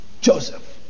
Joseph